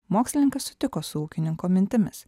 mokslininkas sutiko su ūkininko mintimis